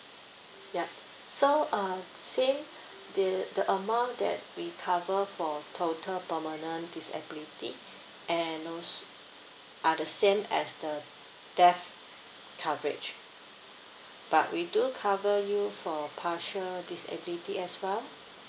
yup so uh same the the amount that we cover for total permanent disability and als~ are the same as the death coverage but we do cover you for partial disability as well